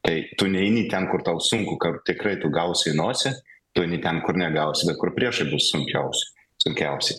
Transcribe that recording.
tai tu neini ten kur tau sunku tikrai tu gausi į nosį tu eini ten kur negausi bet kur priešui bus sunkiausi sunkiausiai